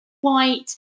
white